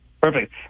Perfect